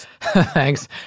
Thanks